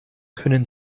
können